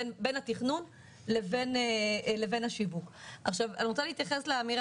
היום התחלות הבנייה בקרקע פרטית הן 14%. למה הם יצאו מן